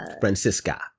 Francisca